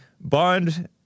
Bond